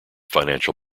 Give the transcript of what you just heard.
financial